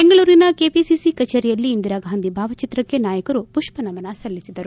ಬೆಂಗಳೂರಿನ ಕೆಪಿಸಿಸಿ ಕಚೇರಿಯಲ್ಲಿ ಇಂದಿರಾ ಗಾಂಧಿ ಭಾವಚಿತ್ರಕ್ಕೆ ನಾಯಕರು ಮಷ್ಟನಮನ ಸಲ್ಲಿಸಿದರು